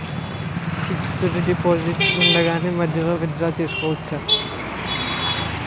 Fixed deposit ఉండగానే మధ్యలో withdraw చేసుకోవచ్చా?